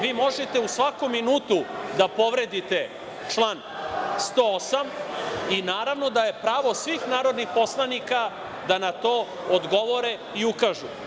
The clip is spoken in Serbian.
Vi možete u svakom minutu da povredite član 108. i naravno da je pravo svih narodnih poslanika da na to odgovore i ukažu.